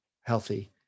healthy